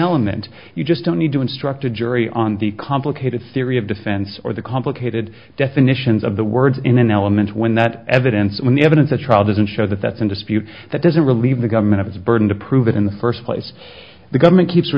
element you just don't need to instruct a jury on the complicated theory of defense or the complicated definitions of the words in an element when that evidence when the evidence at trial doesn't show that that's in dispute that doesn't relieve the government of its burden to prove it in the first place the government keeps